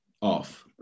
off